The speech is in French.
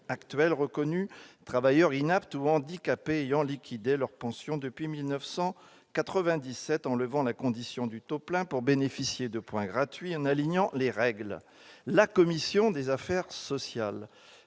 actuels reconnus travailleurs inaptes ou handicapés ayant liquidé leur pension depuis 1997 en levant la condition du taux plein pour bénéficier de points gratuits et en alignant les règles. La commission des affaires sociales